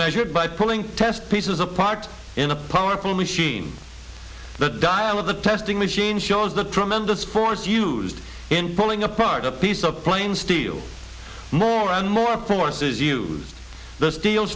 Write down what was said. measured by pulling test pieces apart in a powerful machine the dial of the testing machine shows the tremendous force used in pulling apart a piece of plain steel more and more force is used the steel